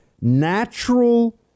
natural